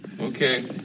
Okay